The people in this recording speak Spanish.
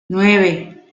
nueve